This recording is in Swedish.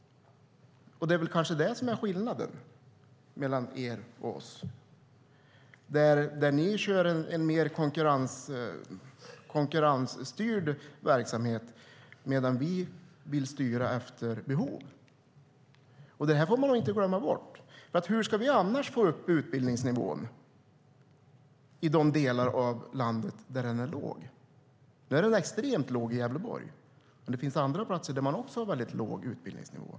Det är kanske det som är skillnaden mellan er och oss. Ni kör en mer konkurrensstyrd verksamhet, medan vi vill styra efter behov. Det här får man nog inte glömma bort. Hur ska vi annars få upp utbildningsnivån i de delar av landet där den är låg? Den är extremt låg i Gävleborg, men det finns andra platser där det också är en väldigt låg utbildningsnivå.